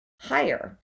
higher